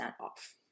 off